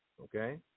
okay